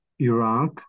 Iraq